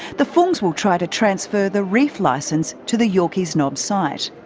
the fungs will try to transfer the reef licence to the yorkeys knob site.